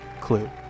Clue